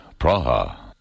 Praha. (